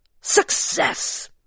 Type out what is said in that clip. Success